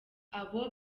abo